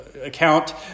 Account